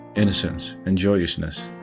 innocence and joyousness.